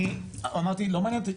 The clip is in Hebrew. אני אמרתי לא מעניין אותי,